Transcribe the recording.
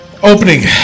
Opening